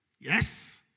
Yes